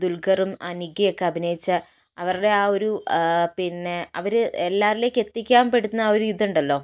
ദുൽക്കറും അനിഖയൊക്കെ അഭിനയിച്ച അവരുടെ ആ ഒരു പിന്നെ അവർ എല്ലാരിലേക്ക് എത്തിക്കാൻ പെടുന്ന ഒരു ഇതുണ്ടല്ലോ